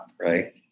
Right